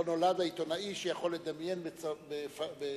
לא נולד העיתונאי שיכול לדמיין במוחו